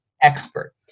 expert